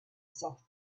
soft